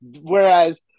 whereas